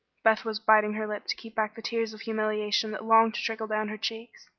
beth was biting her lip to keep back the tears of humiliation that longed to trickle down her cheeks.